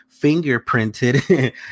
fingerprinted